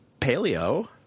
paleo